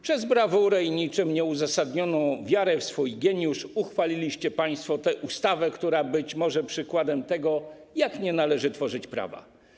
Przez brawurę i niczym nieuzasadnioną wiarę w swój geniusz uchwaliliście państwo tę ustawę, która może być przykładem tego, jak nie należy tworzyć prawa.